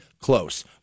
close